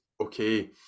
Okay